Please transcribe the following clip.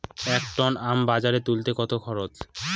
এক টন আম বাজারে তুলতে কত খরচ?